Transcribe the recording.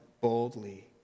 boldly